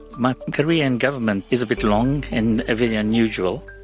my career in government is a bit long and very unusual.